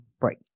Right